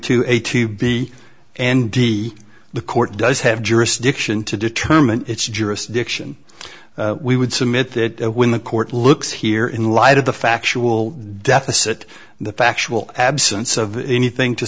to eighty b and d the court does have jurisdiction to determine its jurisdiction we would submit that when the court looks here in light of the factual deficit the factual absence of anything to